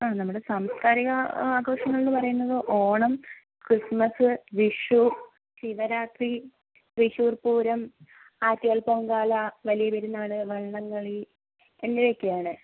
ആ നമ്മുടെ സാംസ്കാരിക ആഘോഷങ്ങളെന്ന് പറയുന്നത് ഓണം ക്രിസ്മസ് വിഷു ശിവരാത്രി തൃശ്ശൂർ പൂരം ആറ്റുകാൽ പൊങ്കാല വലിയ പെരുന്നാൾ വള്ളംക്കളി എന്നിവയൊക്കെയാണ്